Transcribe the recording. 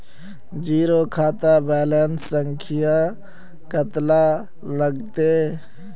Zero खाता balance संख्या कतला लगते?